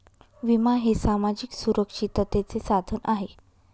विमा हे सामाजिक सुरक्षिततेचे साधन आहे